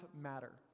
matter